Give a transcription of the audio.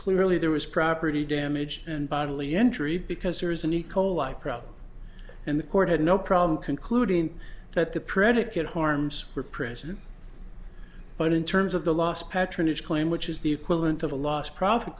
clearly there was property damage and bodily injury because there is an e coli problem and the court had no problem concluding that the predicate harms were present but in terms of the loss patronage claim which is the equivalent of a loss profit